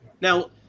Now